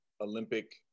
Olympic